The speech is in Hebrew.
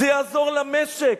זה יעזור למשק.